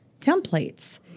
templates